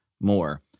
more